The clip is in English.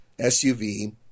SUV